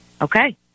Okay